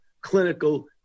clinical